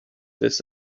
this